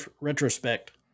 retrospect